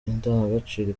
indangagaciro